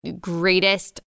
greatest